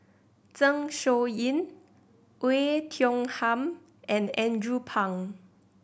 Zeng Shouyin Oei Tiong Ham and Andrew Phang